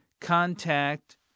contact